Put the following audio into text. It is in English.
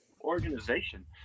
organization